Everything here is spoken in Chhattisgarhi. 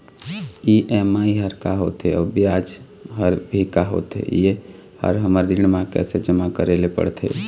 ई.एम.आई हर का होथे अऊ ब्याज हर भी का होथे ये हर हमर ऋण मा कैसे जमा करे ले पड़ते?